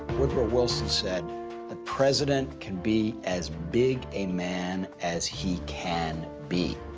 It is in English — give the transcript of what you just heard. woodrow wilson said the president can be as big a man as he can be.